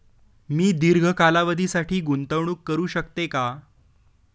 मी दीर्घ कालावधीसाठी गुंतवणूक करू शकते का?